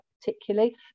particularly